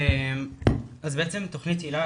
תוכנית היל"ה,